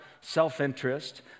self-interest